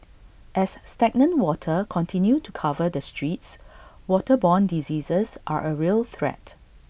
as stagnant water continue to cover the streets waterborne diseases are A real threat